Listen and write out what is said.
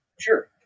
sure